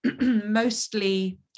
mostly